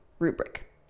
rubric